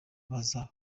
baza